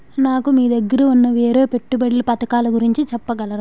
నాకు మీ దగ్గర ఉన్న వేరే పెట్టుబడి పథకాలుగురించి చెప్పగలరా?